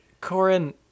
Corin